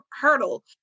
hurdle